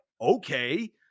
okay